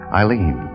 Eileen